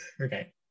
Okay